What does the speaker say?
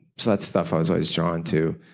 so that stuff i was always drawn to.